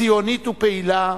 ציונית ופעילה,